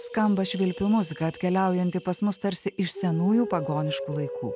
skamba švilpių muzika atkeliaujanti pas mus tarsi iš senųjų pagoniškų laikų